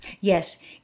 Yes